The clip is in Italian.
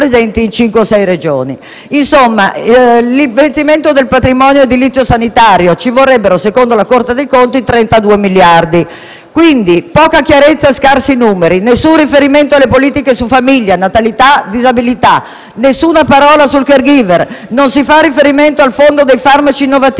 Per l'investimento nel patrimonio edilizio sanitario servirebbero, secondo la Corte dei conti, 32 miliardi. Pertanto, ci sono poca chiarezza e scarsi numeri; nessun riferimento alle politiche su famiglia, natalità, disabilità; nessuna parola sul *caregiver;* non si fa riferimento al fondo per i farmaci innovativi,